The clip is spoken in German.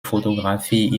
fotografie